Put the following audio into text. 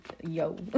yo